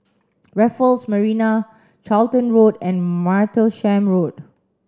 Raffles Marina Charlton Road and Martlesham Road